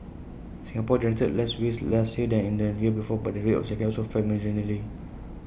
Singapore generated less waste last year than in the year before but the rate of recycling also fell marginally